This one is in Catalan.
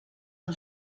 del